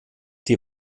die